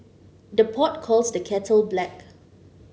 the pot calls the kettle black